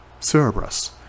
Cerebrus